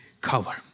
color